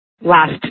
last